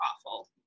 awful